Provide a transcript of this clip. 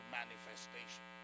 manifestation